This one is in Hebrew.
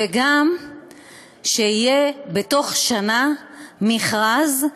וגם שיהיה בתוך שנה מכרז,